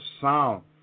sound